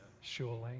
surely